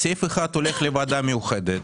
לא, סעיף אחד הולך לוועדה המיוחדת,